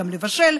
גם לבשל.